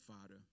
Father